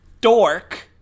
dork